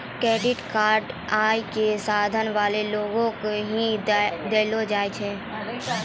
credit card आय क साधन वाला लोगो के ही दयलो जाय छै